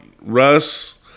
Russ